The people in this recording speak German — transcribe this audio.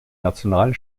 nationalen